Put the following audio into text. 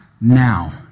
now